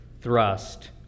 thrust